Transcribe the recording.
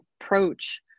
approach